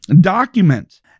documents